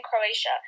croatia